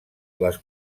les